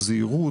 זהירות,